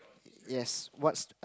yes what's